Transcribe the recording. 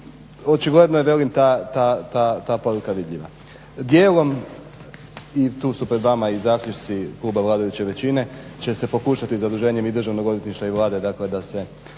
Očigledno je velim ta poruka vidljiva. Dijelom, i tu su pred vama i zaključci kluba vladajuće većine, će se pokušati zaduženjem i Državnog odvjetništva i Vlade da se